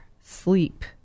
sleep